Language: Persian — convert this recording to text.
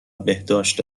بهداشت